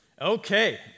Okay